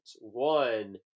One